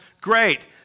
great